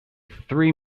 three